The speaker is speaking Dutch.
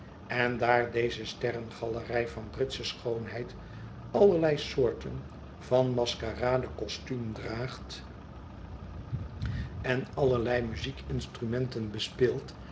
en daar deze sterrengalerij van britsche schoonheid allerlei soorten van maskeradecostuum draagt en allerlei muziekinstrumenten